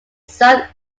south